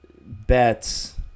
bets